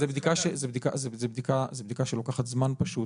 זה בדיקה שלוקחת זמן פשוט.